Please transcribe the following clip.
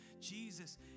Jesus